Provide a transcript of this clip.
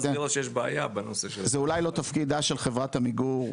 זה אולי לא תפקידה של חברת עמיגור,